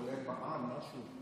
כולל מע"מ, משהו?